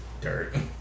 dirt